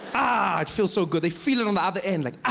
ah, it feels so good. they feel it on the other end like,